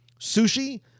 sushi